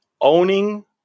owning